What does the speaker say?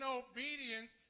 obedience